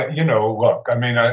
you know look, i mean, ah